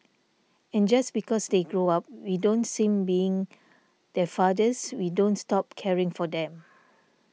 and just because they grow up we don't seem being their fathers we don't stop caring for them